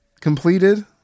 completed